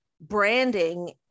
branding